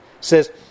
says